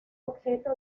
objeto